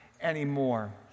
anymore